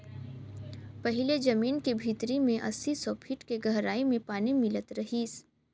पहिले जमीन के भीतरी में अस्सी, सौ फीट के गहराई में पानी मिलत रिहिस